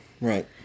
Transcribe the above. Right